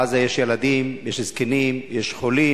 בעזה יש ילדים, יש זקנים, יש חולים,